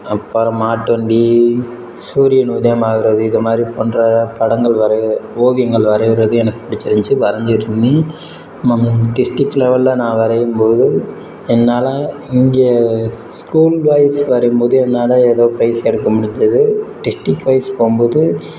அப்புறம் மாட்டு வண்டி சூரியன் உதயமாகிறது இது மாதிரி போன்ற படங்கள் வரைய ஓவியங்கள் வரைகிறது எனக்கு பிடிச்சிருந்ச்சி வரைஞ்சுட்ருந்தேன் டிஸ்ட்ரிக்ட் லெவலில் நான் வரையும்போது என்னால் இங்கே ஸ்கூல் வைஸ் வரையும்போது என்னால் ஏதோ ப்ரைஸ் எடுக்க முடிஞ்சது டிஸ்ட்ரிக்ட் வைஸ் போகும்போது